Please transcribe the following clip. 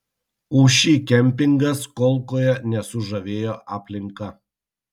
ūši kempingas kolkoje nesužavėjo aplinka